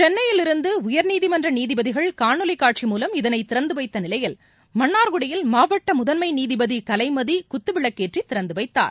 சென்னையிலிருந்துஉயர்நீதிமன்றநீதிபதிகள் காணொலிகாட்சி மூலம் இதனைதிறந்துவைத்தநிலையில் மன்னார்குடியில் மாவட்டமுதன்மைநீதிபதிகலைமதிகுத்துவிளக்கேற்றிதிறந்துவைத்தார்